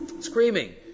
screaming